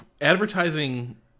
advertising